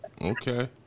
Okay